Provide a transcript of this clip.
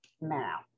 Now